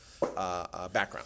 background